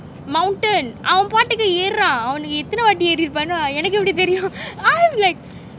mountain அவன் பாட்டுக்கு ஏர்ரான் அவன் எதுன வாடி ஏறிருப்பானோ எனக்கு எபிடி தெரியும்:avan paatukku earraan avan ethuna vaati eariruppano enakku epidi theriyum I was like